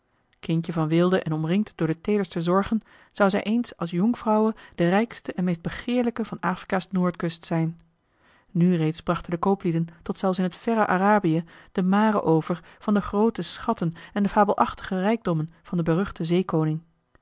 kindje van weelde en omringd door de teederste zorgen zou zij eens als jonkvrouwe de rijkste en meest hegeerlijke van afrika's noordkust zijn nu reeds brachten de kooplieden tot zelfs in het verre arabië de mare over van de groote schatten en de fabelachtige rijkdommen van den beruchten zeekoning